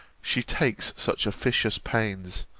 she takes such officious pains,